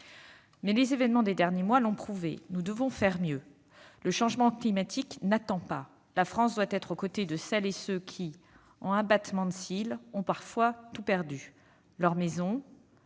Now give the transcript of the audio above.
Mais, les événements des derniers mois l'ont prouvé, nous devons faire mieux. Le changement climatique n'attend pas. La France doit être aux côtés de celles et ceux qui, en un battement de cils, ont parfois tout perdu : leur maison,